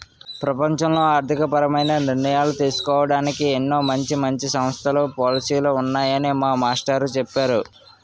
ప్రపంచంలో ఆర్థికపరమైన నిర్ణయాలు తీసుకోడానికి ఎన్నో మంచి మంచి సంస్థలు, పాలసీలు ఉన్నాయని మా మాస్టారు చెప్పేరు